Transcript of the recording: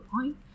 point